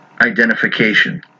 identification